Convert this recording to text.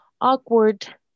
awkward